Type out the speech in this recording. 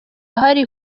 hari